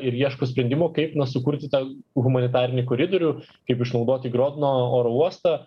ir ieško sprendimų kaip na sukurti tą humanitarinį koridorių kaip išnaudoti grodno oro uostą